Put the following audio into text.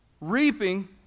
reaping